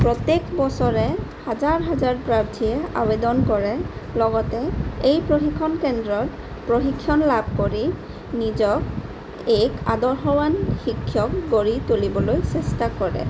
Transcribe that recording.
প্ৰত্যেক বছৰে হাজাৰ হাজাৰ প্ৰাৰ্থীয়ে আবেদন কৰে লগতে এই প্ৰশিক্ষণ কেন্দ্ৰত প্ৰশিক্ষণ লাভ কৰি নিজক এক আদৰ্শৱান শিক্ষক গঢ়ি তুলিবলৈ চেষ্টা কৰে